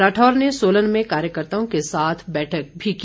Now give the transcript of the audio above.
राठौर ने सोलन में कार्यकर्ताओं के साथ बैठक भी की